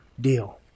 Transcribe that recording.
deal